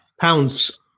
Pounds